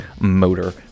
motor